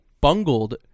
bungled